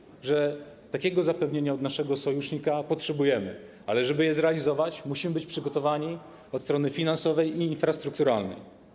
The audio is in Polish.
Chodzi o to, że takiego zapewnienia od naszego sojusznika potrzebujemy, ale żeby to zrealizować, musimy być przygotowani od strony finansowej i infrastrukturalnej.